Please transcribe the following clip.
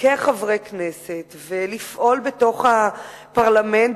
כחברי כנסת ולפעול בתוך הפרלמנט,